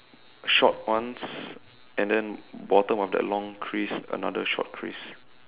short ones and then bottom of that long crease another short crease